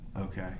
Okay